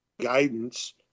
guidance